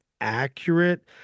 accurate